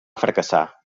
fracassar